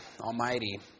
Almighty